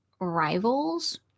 rivals